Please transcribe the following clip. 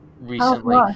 recently